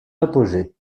apogée